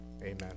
Amen